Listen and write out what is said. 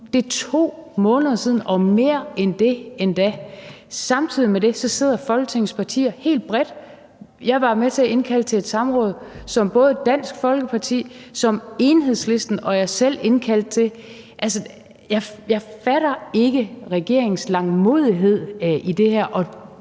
nu – 2 måneder siden! – og endda mere end det. Samtidig med det sidder Folketingets partier helt bredt og følger det. Jeg var med til at indkalde til et samråd, som både Dansk Folkeparti, Enhedslisten og jeg selv indkaldte til. Altså, jeg fatter ikke regeringens langmodighed i det her,